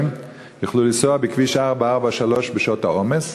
יוכלו לנסוע בכביש 443 בשעות העומס?